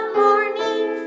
morning